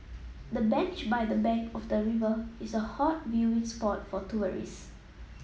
the bench by the bank of the river is a hot viewing spot for tourists